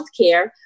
Healthcare